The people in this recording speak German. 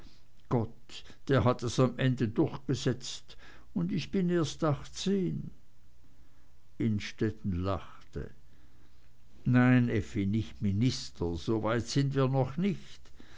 gott der hat es am ende durchgesetzt und ich bin erst achtzehn innstetten lachte nein effi nicht minister so weit sind wir noch nicht